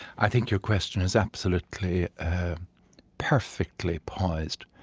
i think your question is absolutely perfectly poised,